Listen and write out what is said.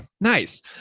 Nice